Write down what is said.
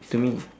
to me